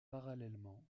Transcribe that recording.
parallèlement